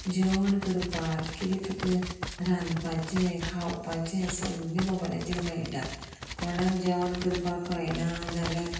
जेवण करपाक किदें तुका रांदपाचें खावपाचें सगलें मोबायलाचेर मेळटा कोणाक जेवण करपाक कळना जाल्यार